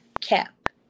Cap